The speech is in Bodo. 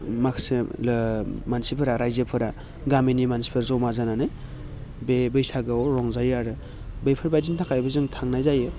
माखासे मानसिफोरा रायजोफोरा गामिनि मानसिफोर जमा जानानै बे बैसागोआव रंजायो आरो बैफोरबायदिनि थाखायबो जों थांनाय जायो